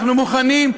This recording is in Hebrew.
אנחנו מוכנים.